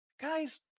guys